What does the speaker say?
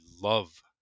love